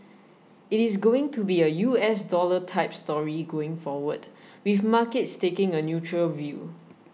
it is going to be a U S dollar type story going forward with markets taking a neutral view